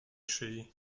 szyi